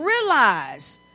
realize